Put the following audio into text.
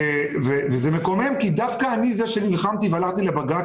וזה מקומם כי דווקא אני זה שנלחמתי והלכתי לבג"ץ